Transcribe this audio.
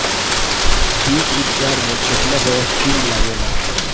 बीज उपचार में केतना बावस्टीन लागेला?